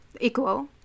equal